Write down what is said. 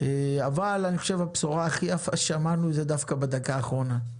אבל אני חושב שהבשורה הכי יפה ששמענו זה דווקא בדקה האחרונה,